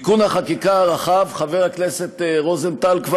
תיקון החקיקה הרחב כבר פורסם, חבר הכנסת רוזנטל.